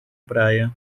praia